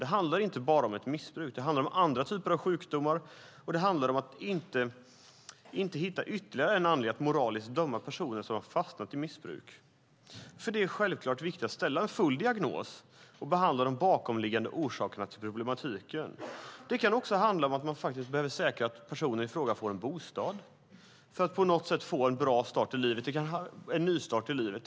Det handlar inte bara om ett missbruk utan om andra typer av sjukdomar och om att inte hitta ytterligare en anledning att moraliskt döma personer som har fastnat i missbruk. Det är självklart viktigt att ställa en full diagnos och behandla de bakomliggande orsakerna till problematiken. Det kan handla om att behöva säkra att personen i fråga får en bostad för att på något sätt få en nystart i livet.